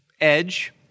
edge